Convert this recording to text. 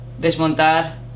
desmontar